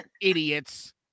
Idiots